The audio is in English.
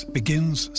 begins